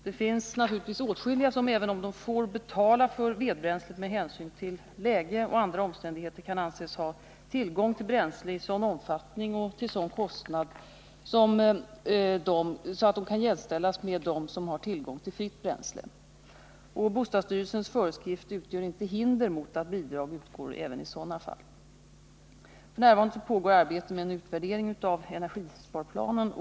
Det finns naturligtvis åtskilliga som, även om de får betala för vedbränslet, med hänsyn till läge och andra omständigheter kan anses ha tillgång till bränsle i sådan omfattning och till sådan kostnad att de kan jämställas med dem som har tillgång till fritt bränsle. Bostadsstyrelsens föreskrift utgör inte hinder mot att bidrag utgår även i sådana fall. F. n. pågår arbete med en utvärdering av energisparplanen.